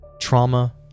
Trauma